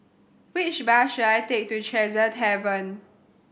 which bus should I take to Tresor Tavern